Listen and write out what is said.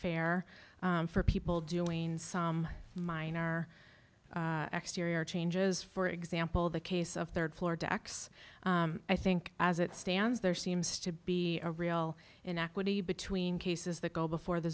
fair for people doing some minor exterior changes for example the case of third floor decks i think as it stands there seems to be a real inequity between cases that go before the